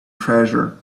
treasure